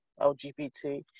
lgbt